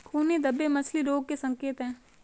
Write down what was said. खूनी धब्बे मछली रोग के संकेत हैं